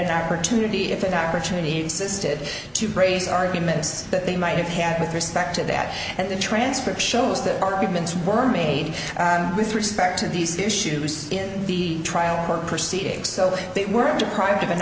an opportunity if an opportunity existed to braise arguments that they might have had with respect to that and the transcript shows that arguments were made with respect to these issues in the trial court proceedings so they weren't deprived of an